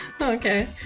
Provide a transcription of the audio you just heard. Okay